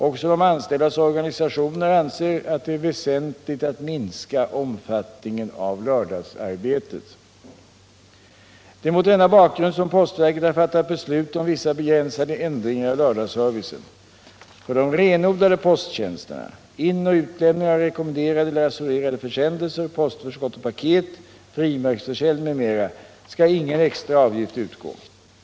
Också de anställdas organisationer anser att det är väsentligt att minska omfattningen av lördagsarbetet. Det är mot denna bakgrund som postverket har fattat beslut om vissa begränsade ändringar av lördagsservicen. För de renodlade posttjänsterna — inoch utlämning av rekomenderade eller assurerade försändelser, postförskott och paket, frimärksförsäljning m.m. — skall ingen avgift utgå.